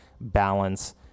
balance